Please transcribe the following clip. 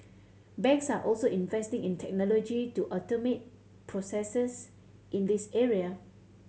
banks are also investing in technology to automate processes in this area